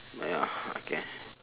ya okay